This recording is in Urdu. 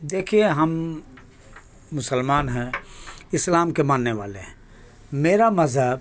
دیکھیے ہم مسلمان ہیں اسلام کے ماننے والے ہیں میرا مذہب